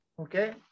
okay